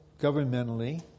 governmentally